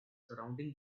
surrounding